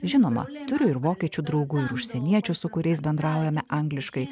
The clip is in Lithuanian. žinoma turiu ir vokiečių draugų ir užsieniečių su kuriais bendraujame angliškai